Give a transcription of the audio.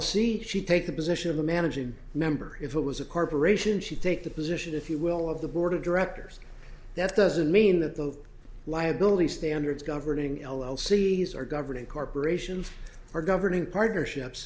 c she take the position of the managing member if it was a corporation she take the position if you will of the board of directors that doesn't mean that the liabilities standards governing l l c these are governed corporations are governing partnerships